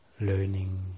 Learning